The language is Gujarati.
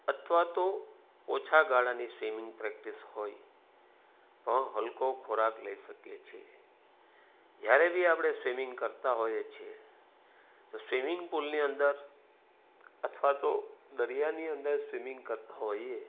અથવા તો ઓછા ગાળાની સ્વિમિંગ પ્રેક્ટિસ હોય પણ હલકો ખોરાક લઈ શકીએ છીએ જ્યારે બી આપણે સ્વિમિંગ કરતાં હોઇએ છીએ તો સ્વિમિંગ પુલની અંદર અથવા તો દરિયાની અંદર સ્વિમિંગ કરતાં હોઈએ